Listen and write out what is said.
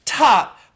Top